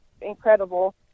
incredible